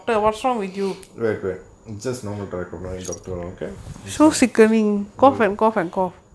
wait when just normal tied on know doctor okay they will